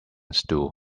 stew